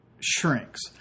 shrinks